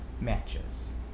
matches